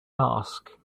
ask